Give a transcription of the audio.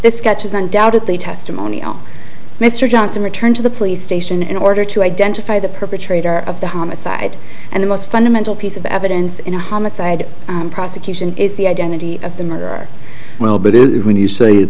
the sketches undoubtedly testimony mr johnson returned to the police station in order to identify the perpetrator of the homicide and the most fundamental piece of evidence in a homicide prosecution is the identity of the murderer well but when you say